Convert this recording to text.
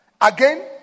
Again